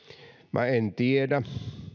minä en tiedä